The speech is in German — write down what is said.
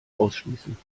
ausschließen